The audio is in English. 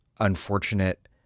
unfortunate